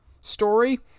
story